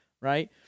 right